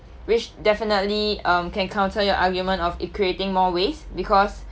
which definitely um can counter your argument of it creating more waste because